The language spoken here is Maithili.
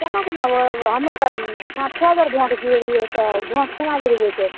केना केना होइ हइ हमरा तऽ पाँच छओ बेर वोट गिरेलियै तऽ वोट केना गिरबय छै